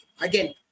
again